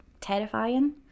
terrifying